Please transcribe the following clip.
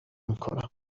میکنم